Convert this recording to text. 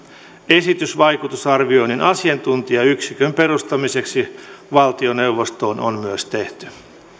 esitys vaikutusarvioinnin asiantuntijayksikön perustamiseksi valtioneuvostoon on myös tehty